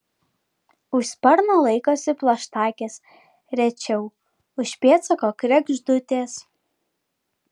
už sparno laikosi plaštakės rečiau už pėdsako kregždutės